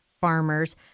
farmers